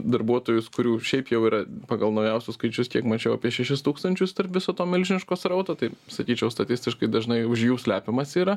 darbuotojus kurių šiaip jau yra pagal naujausius skaičius kiek mačiau apie šešis tūkstančius tarp viso to milžiniško srauto tai sakyčiau statistiškai dažnai už jų slepiamas yra